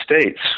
States